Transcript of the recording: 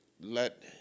let